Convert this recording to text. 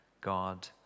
God